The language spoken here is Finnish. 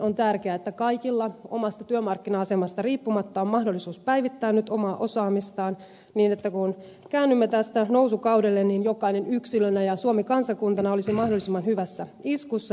on tärkeää että kaikilla omasta työmarkkina asemastaan riippumatta on mahdollisuus päivittää nyt omaa osaamistaan niin että kun käännymme tästä nousukaudelle niin jokainen yksilönä ja suomi kansakuntana olisi mahdollisimman hyvässä iskussa